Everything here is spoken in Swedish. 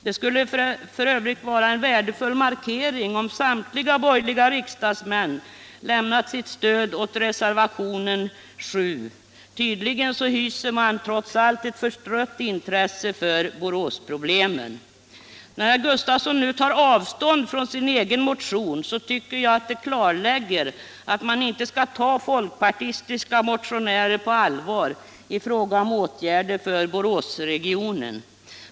Det skulle f. ö. vara en värdefull markering om samtliga borgerliga riksdagsmän lämnade sitt stöd åt reservationen 7. Tydligen hyser man trots allt ett förstrött intresse för Boråsproblemen. När herr Gustafsson nu tar avstånd från sin egen motion tycker jag att det klarlägger att man inte skall ta folkpartistiska motionärer på allvar i fråga om åtgärder för Boråsregionen.